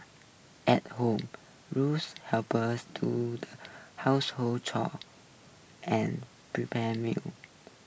at home rules helpers to household chores and prepare meals